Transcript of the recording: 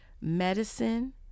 medicine